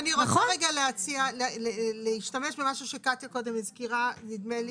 אני רוצה רגע להציע להשתמש במשהו שקטיה קודם הזכירה נדמה לי,